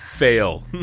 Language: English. fail